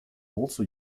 also